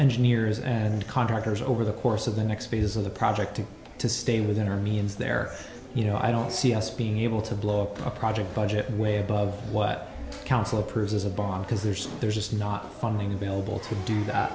engineers and contractors over the course of the next phases of the project to stay within our means there you know i don't see us being able to blow a project budget way above what council approves as a bomb because there's there's just not funding available to do that